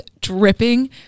dripping